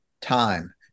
time